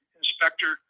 inspector